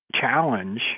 challenge